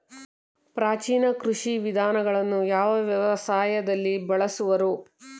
ಪ್ರಾಚೀನ ಕೃಷಿ ವಿಧಾನಗಳನ್ನು ಯಾವ ವ್ಯವಸಾಯದಲ್ಲಿ ಬಳಸುವರು?